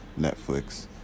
Netflix